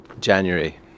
January